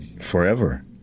forever